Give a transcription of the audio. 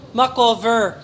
makover